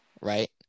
Right